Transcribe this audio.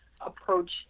approach